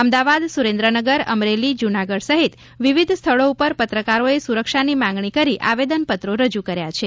અમદાવાદ સુરેન્દ્રનગર અમરેલી જૂનાગઢ સહિત વિવિધ સ્થળો પર પત્રકારોએ સુરક્ષાની માગણી કરી આવેદનપત્રો રજુ કર્યા છે